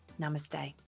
namaste